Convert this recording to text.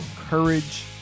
courage